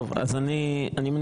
טוב, אז אני מנמק?